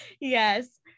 Yes